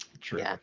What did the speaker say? True